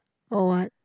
oh what